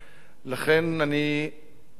אדוני היושב-ראש,